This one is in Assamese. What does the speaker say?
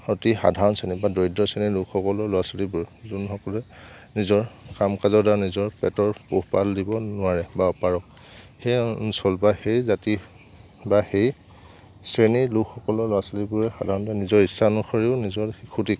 অতি সাধাৰণ শ্ৰেণী বা দৰিদ্ৰ শ্ৰেণীৰ লোকসকলৰ ল'ৰা ছোৱালীবোৰ যোনসকলে নিজৰ কাম কাজৰ দ্বাৰা নিজৰ পেটৰ পোহপাল দিব নোৱাৰে বা অপাৰগ সেই অঞ্চল বা সেই জাতি বা সেই শ্ৰেণীৰ লোকসকলৰ ল'ৰা ছোৱালীবোৰে সাধাৰণতে নিজৰ ইচ্ছা অনুসৰিও নিজৰ শিশুটিক